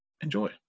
enjoy